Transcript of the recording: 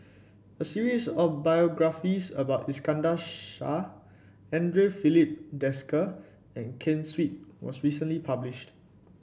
a series of biographies about Iskandar Shah Andre Filipe Desker and Ken Seet was recently published